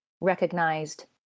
recognized